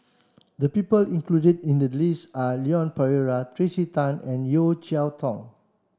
the people included in the list are Leon Perera Tracey Tan and Yeo Cheow Tong